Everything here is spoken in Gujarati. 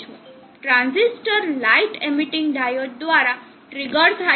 ટ્રાન્ઝિસ્ટર લાઈટ એમીટ્ટીન્ગ ડાયોડ દ્વારા ટ્રિગ્રેર થાય છે